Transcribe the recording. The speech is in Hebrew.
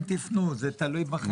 זה תלוי בכם, במה שאתם תפנו.